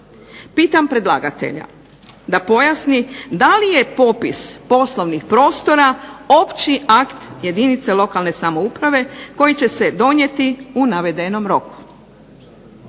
Pitam predlagatelja da pojasni da li je popis poslovnih prostora opći akt jedinice lokalne samouprave koji će se donijeti u navedenom roku.